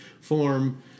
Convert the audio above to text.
form